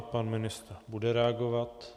Pan ministr bude reagovat.